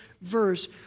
verse